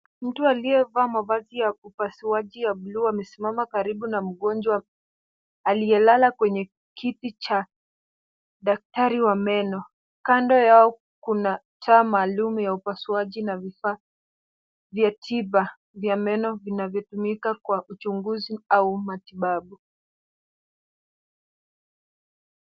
Mtu aliyevaa mavazi ya upasuaji ya blue amesimama karibu na mgonjwa aliyelala kwenye kiti cha daktari wa meno. Kando yao kuna taa maalum ya upasuaji na vifaa vya tiba vya meno vinavyotumika kwa uchunguzi au matibabu.